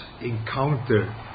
encounter